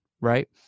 right